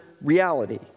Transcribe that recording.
reality